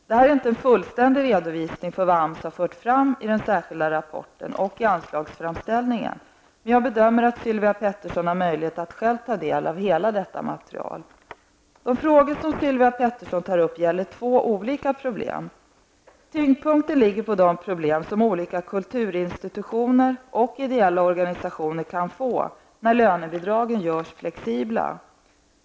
Det här är inte en fullständig redovisning för vad AMS har fört fram i den särskilda rapporten och i anslagsframställningen, men jag bedömer att Sylvia Pettersson har möjlighet att själv ta del av detta material. De frågor som Sylvia Pettersson tar upp gäller två olika problem. Tyngdpunkten ligger på de problem som olika kulturinstitutioner och ideella organisationer kan få, när lönebidragen görs flexibla.